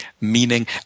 meaning